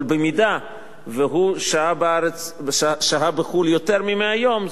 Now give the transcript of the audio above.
אבל אם הוא שהה בחו"ל יותר מ-100 יום,